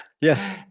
yes